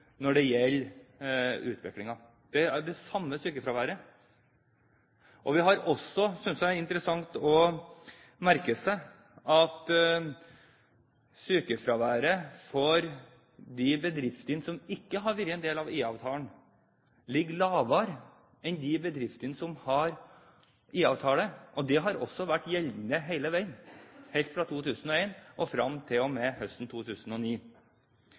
når det gjelder utviklingen. Det er det samme sykefraværet. Jeg synes også det er interessant å merke seg at sykefraværet i de bedriftene som ikke har vært en del av IA-avtalen, er lavere enn i de bedriftene som har IA-avtaler. Det har også vært gjeldende hele veien – helt fra 2001 og frem til og med høsten 2009.